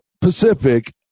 Pacific